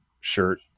shirt